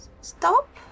stop